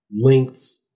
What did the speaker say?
lengths